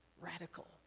radical